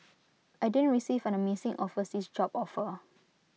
I didn't receive an amazing overseas job offer